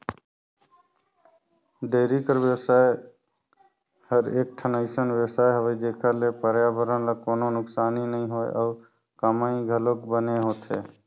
dairy कर बेवसाय हर एकठन अइसन बेवसाय हवे जेखर ले परयाबरन ल कोनों नुकसानी नइ होय अउ कमई घलोक बने होथे